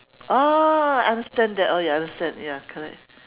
oh I understand that oh ya understand ya correct